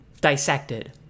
dissected